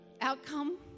outcome